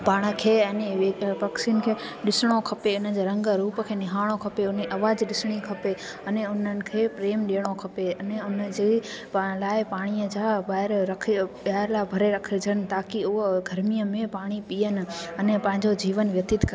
पाण खे अने पक्षीयुनि खे ॾिसणो खपे इनखे रंग रुप खे निहारणो खपे उन आवाज़ ॾिसणी खपे अने उननि खे प्रेम ॾेयणो खपे अने उन जी पाणनि लाइ पाणीअ जा ॿाहिरि रखी प्याला भरे रखजनि ताकी उहे गरमीअ में पाणी पीअण अने पंहिंजो जीवन व्यतीत कनि